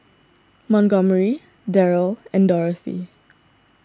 Montgomery Deryl and Dorothy